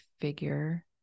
figure